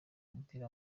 umupira